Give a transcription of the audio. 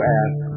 ask